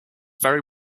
very